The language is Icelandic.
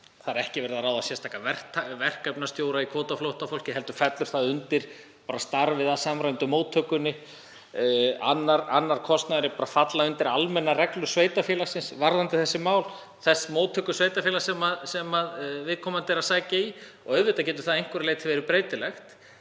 Það er ekki verið að ráða sérstakan verkefnisstjóra í kvótaflóttafólki heldur fellur það undir starfið að samræmdu móttökunni. Annar kostnaður fellur undir almennar reglur sveitarfélagsins varðandi þessi mál, þess móttökusveitarfélags sem viðkomandi sækir í. Auðvitað getur það að einhverju leyti verið breytilegt.